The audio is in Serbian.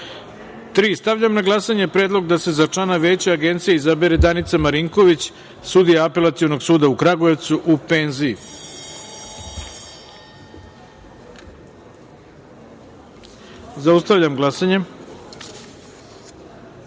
šestoro. Stavljam na glasanje predlog da se za člana Veća Agencije izabere DanicaMarinković, sudija Apelacionog suda u Kragujevcu u penziji. Zaustavljam glasanje: